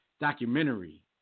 documentary